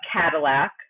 Cadillac